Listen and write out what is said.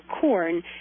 corn